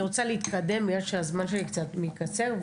הזמן שלי קצת מתקצר,